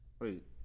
Wait